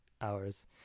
hours